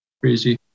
Crazy